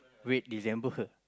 wait December for